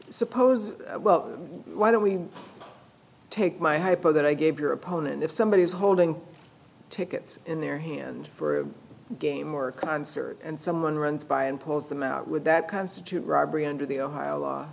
suppose well why don't we take my hypo that i gave your opponent if somebody is holding tickets in their hand for a game or a concert and someone runs by and pulls them out would that constitute robbery under the ohio law